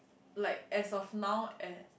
like as of now and